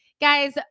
Guys